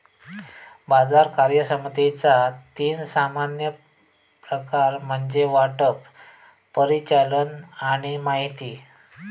बाजार कार्यक्षमतेचा तीन सामान्य प्रकार म्हणजे वाटप, परिचालन आणि माहिती